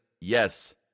Yes